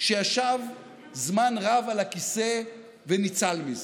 שישב זמן רב על הכיסא וניצל מזה.